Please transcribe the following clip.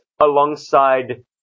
alongside